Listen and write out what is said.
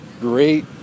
great